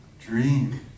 dream